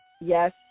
yes